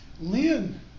Lynn